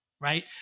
Right